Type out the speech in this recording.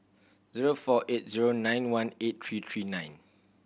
zero four eight zero nine one eight three three nine